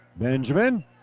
Benjamin